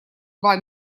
два